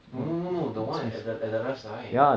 no no no no the one at the at the left side